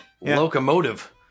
locomotive